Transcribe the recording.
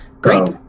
Great